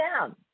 down